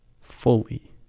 fully